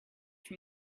from